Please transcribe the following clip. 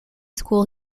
school